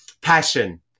passion